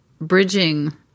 bridging